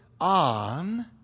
on